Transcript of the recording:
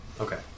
Okay